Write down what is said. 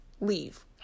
leave